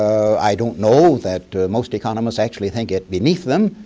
i don't know that most economists actually think it beneath them,